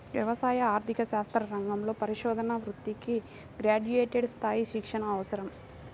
వ్యవసాయ ఆర్థిక శాస్త్ర రంగంలో పరిశోధనా వృత్తికి గ్రాడ్యుయేట్ స్థాయి శిక్షణ అవసరం